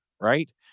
right